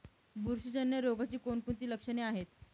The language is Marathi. बुरशीजन्य रोगाची कोणकोणती लक्षणे आहेत?